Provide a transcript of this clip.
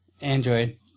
Android